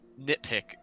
nitpick